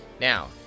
Now